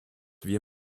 wir